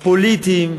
פוליטיים,